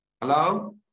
Hello